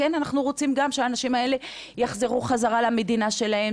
אנחנו רוצים שהאנשים האלה יחזרו חזרה למדינה שלהם,